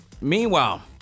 meanwhile